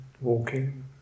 Walking